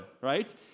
right